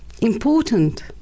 important